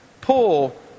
pull